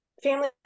Family